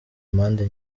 mpande